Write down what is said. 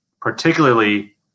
particularly